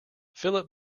philip